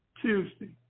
Tuesday